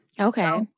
Okay